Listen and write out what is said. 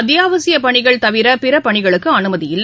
அத்தியாவசிய பணிகள் தவிர பிற பணிகளுக்கு அமைதி இல்லை